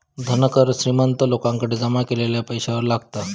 धन कर श्रीमंत लोकांकडे जमा केलेल्या पैशावर लागता